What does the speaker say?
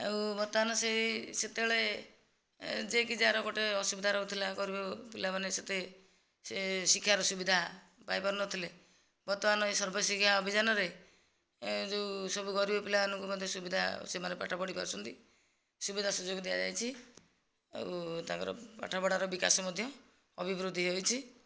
ଆଉ ବର୍ତ୍ତମାନ ସେ ସେତେବେଳେ ଯେ କି ଯା'ର ଗୋଟେ ଅସୁବିଧା ରହୁଥିଲା ଗରିବ ପିଲାମାନେ ସେତେ ସେ ଶିକ୍ଷା ର ସୁବିଧା ପାଇ ପାରୁନଥିଲେ ବର୍ତ୍ତମାନ ଏହି ସର୍ବଶିକ୍ଷା ଅଭିଯାନରେ ଯୋଉ ସବୁ ଗରିବ ପିଲାମାନଙ୍କୁ ମଧ୍ୟ ସୁବିଧା ସେମାନେ ପାଠ ପଢ଼ିପାରୁଛନ୍ତି ସୁବିଧା ସୁଯୋଗ ଦିଆଯାଇଛି ଆଉ ତାଙ୍କର ପାଠପଢ଼ାର ବିକାଶ ମଧ୍ୟ ଅଭିବୃଦ୍ଧି ହେଇଛି